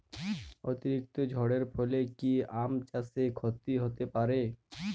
অতিরিক্ত ঝড়ের ফলে কি আম চাষে ক্ষতি হতে পারে?